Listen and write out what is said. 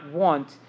want